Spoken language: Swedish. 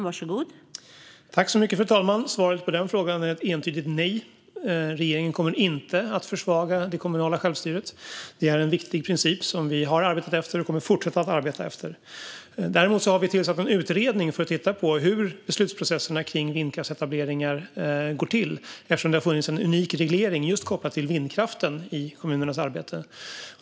Fru talman! Svaret på den frågan är ett entydigt nej. Regeringen kommer inte att försvaga det kommunala självstyret. Det är en viktig princip som vi har arbetat efter och kommer att arbeta efter. Däremot har vi tillsatt en utredning för att titta på hur beslutsprocesserna för vindkraftsetableringar går till eftersom det har funnits en unik reglering kopplad till just vindkraften i kommunernas arbete.